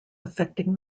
affecting